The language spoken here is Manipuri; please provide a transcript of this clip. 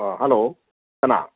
ꯍꯂꯣ ꯀꯅꯥ